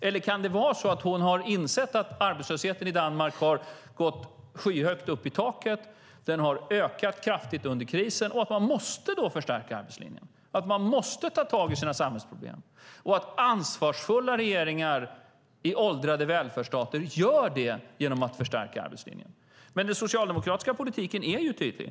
Eller kan det vara så att hon har insett att arbetslösheten i Danmark har gått upp skyhögt i taket, att den har ökat kraftigt under krisen, att man då måste förstärka arbetslinjen och ta tag i sina samhällsproblem och att ansvarsfulla regeringar i åldrade välfärdsstater gör det genom att förstärka arbetslinjen? Den socialdemokratiska politiken är tydlig.